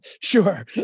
Sure